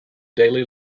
daily